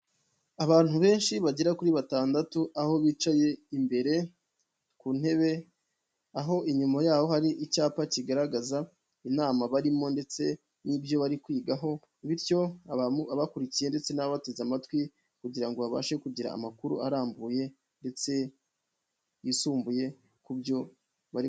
Abantu benshi bagera kuri batandatu aho bicaye imbere ku ntebe, aho inyuma yaho hari icyapa kigaragaza inama barimo, ndetse n'ibyo bari kwigaho. Bityo abakurikiye ndetse n'abateze amatwi, kugira ngo babashe kugira amakuru arambuye, ndetse yisumbuye ku byo barimo.